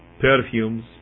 perfumes